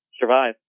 survive